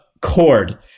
cord